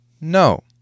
No